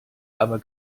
aber